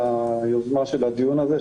על היוזמה של הדיון הזה.